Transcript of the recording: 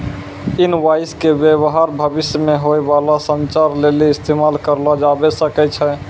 invoice के व्य्वहार भविष्य मे होय बाला संचार लेली इस्तेमाल करलो जाबै सकै छै